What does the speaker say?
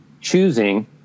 choosing